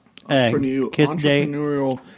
Entrepreneurial